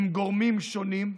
עם גורמים שונים,